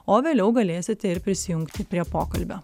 o vėliau galėsite ir prisijungti prie pokalbio